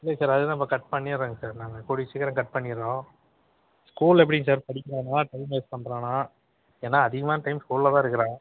இல்லைங்க சார் அதையும் நான் இப்போ கட் பண்ணிடுறேங்க சார் நான் கூடிய சீக்கிரம் கட் பண்ணிடுறோம் ஸ்கூலில் எப்படிங்க சார் படிக்கிறானா டைம் வேஸ்ட் பண்ணுறானா ஏன்னா அதிகமான டைம் ஸ்கூலில் தான் இருக்கிறான்